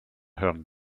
her